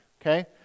okay